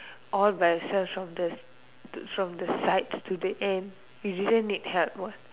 all by yourself from the from the side to the end you did not need help what